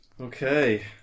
Okay